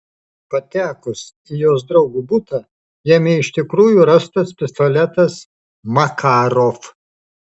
patekus į jos draugo butą jame iš tikrųjų rastas pistoletas makarov